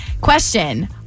Question